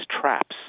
traps